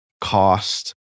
cost